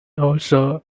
also